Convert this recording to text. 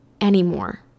anymore